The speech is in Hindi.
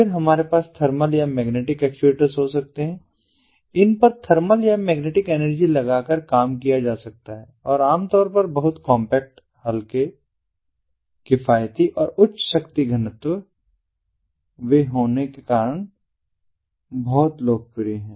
फिर हमारे पास थर्मल या मैग्नेटिक एक्चुएटर्स हो सकते हैं इन पर थर्मल या मैग्नेटिक एनर्जी लगाकर काम किया जा सकता है और आमतौर पर बहुत कॉम्पैक्ट हल्के किफायती और उच्च शक्ति घनत्व वे होने के कारण बहुत लोकप्रिय हैं